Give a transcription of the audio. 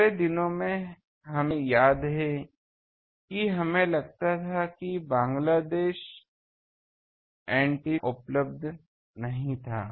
हमारे दिनों में हमें याद है कि हमें लगता था कि बांग्लादेश एंटीना उपलब्ध नहीं था